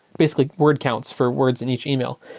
basically word counts for words in each email.